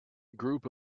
group